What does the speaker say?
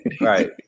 Right